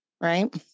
Right